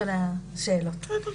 נכון.